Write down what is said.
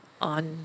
on